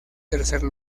tercer